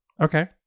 Okay